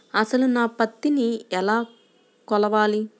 అసలు నా పత్తిని ఎలా కొలవాలి?